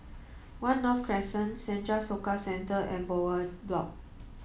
One North Crescent Senja Soka Centre and Bowyer Block